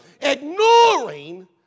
ignoring